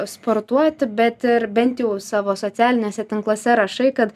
sportuoti bet ir bent jau savo socialiniuose tinkluose rašai kad